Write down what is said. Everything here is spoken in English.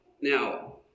Now